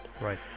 Right